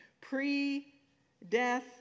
pre-death